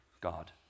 God